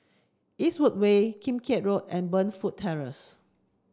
Eastwood Way Kim Keat Road and Burnfoot Terrace